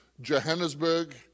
Johannesburg